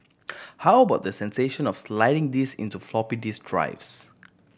how about the sensation of sliding these into floppy disk drives